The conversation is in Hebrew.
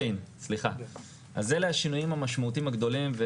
אלה השינויים המשמעותיים הגדולים.